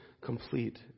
complete